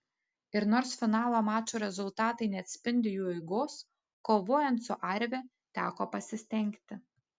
ir nors finalo mačų rezultatai neatspindi jų eigos kovojant su arvi teko pasistengti